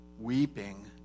weeping